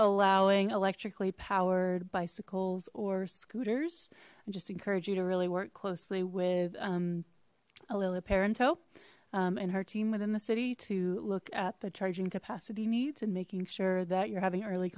allowing electrically powered bicycles or scooters i just encourage you to really work closely with a lil apparent oh and her team within the city to look at the charging capacity needs and making sure that you're having early